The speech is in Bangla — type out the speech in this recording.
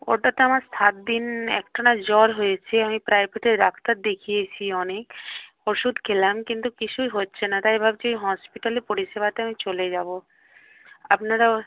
হঠাৎ আমার সাত দিন একটানা জ্বর হয়েছে আমি প্রাইভেটে ডাক্তার দেখিয়েছি অনেক ওষুধ খেলাম কিন্তু কিছুই হচ্ছে না তাই ভাবছি হসপিটালে পরিষেবাতে আমি চলে যাব আপনারা